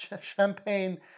champagne